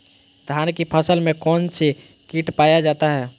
धान की फसल में कौन सी किट पाया जाता है?